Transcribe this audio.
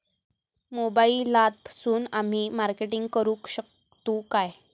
मोबाईलातसून आमी मार्केटिंग करूक शकतू काय?